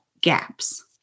gaps